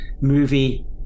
movie